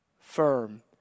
firm